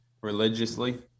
religiously